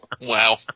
wow